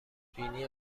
بینی